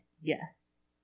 Yes